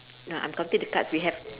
no I'm counting the cards we have